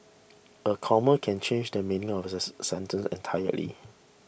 a comma can change the meaning of this sentence entirely